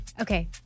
Okay